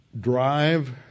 drive